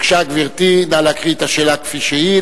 בבקשה, גברתי, נא להקריא את השאלה כפי שהיא.